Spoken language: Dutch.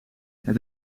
het